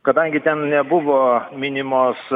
kadangi ten nebuvo minimos